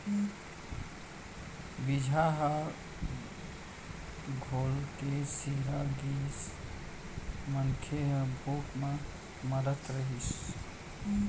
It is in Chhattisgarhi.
बीजहा ह घलोक सिरा गिस, मनखे ह भूख म मरत रहिस